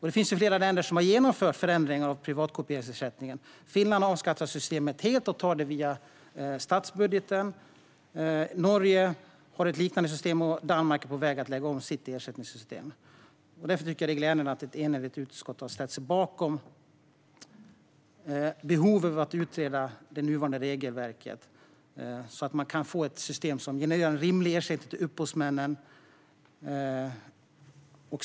Det finns flera länder som har genomfört förändringar av privatkopieringsersättningen. Finland har avskaffat systemet helt och tar detta via statsbudgeten. Norge har ett liknande system, och Danmark är på väg att lägga om sitt ersättningssystem. Jag tycker därför att det är glädjande att ett enhälligt utskott har ställt sig bakom behovet av att utreda det nuvarande regelverket så att man kan få ett system som genererar en rimlig ersättning till upphovsmännen.